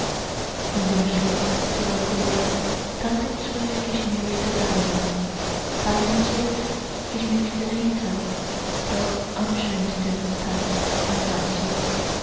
in dem schloß zu alkolea tanzen zwölf geschmückte damen tanzen zwölf geschmückte ritter doch am schönsten tanzt almansor